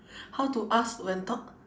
how to ask when talk